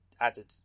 added